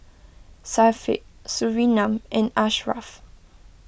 Syafiq Surinam and Ashraff